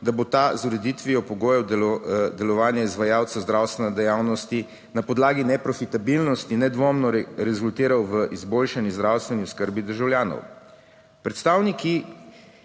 da bo ta z ureditvijo pogojev delovanja izvajalcev zdravstvene dejavnosti na podlagi neprofitabilnosti nedvomno rezultiral v izboljšani zdravstveni oskrbi državljanov.